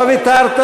לא ויתרנו.